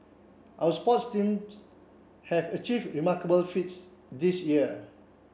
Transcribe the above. our sports teams have achieve remarkable feats this year